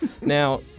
Now